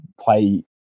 play